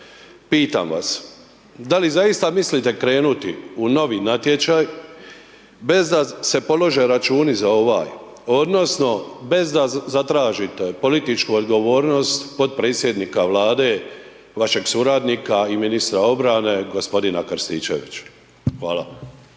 pitam vas, da li zaista mislite krenuti u novi natječaj bez da se polože računi za ovaj odnosno bez da zatražite političku odgovornost potpredsjednika Vlade, vašeg suradnika i ministra obrane gospodina Krstičevića. Hvala.